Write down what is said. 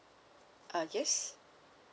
uh yes